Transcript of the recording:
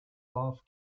off